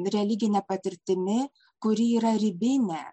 religine patirtimi kuri yra ribinė